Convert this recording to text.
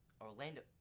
Orlando